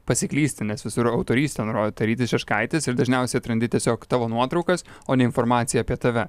pasiklysti nes visur autorystė nurodyta rytis šeškaitis ir dažniausiai atrandi tiesiog tavo nuotraukas o ne informaciją apie tave